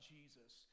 Jesus